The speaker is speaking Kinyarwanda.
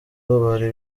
bari